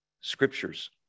scriptures